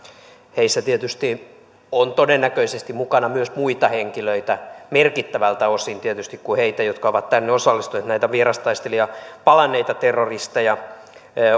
heissä tietysti on todennäköisesti mukana myös muita henkilöitä merkittävältä osin kuin heitä jotka ovat taisteluihin osallistuneet näitä vierastaistelijoita palanneita terroristeja